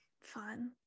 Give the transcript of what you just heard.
Fun